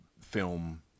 film